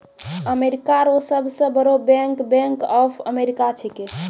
America रो सब से बड़ो बैंक बैंक ऑफ अमेरिका छैकै